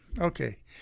okay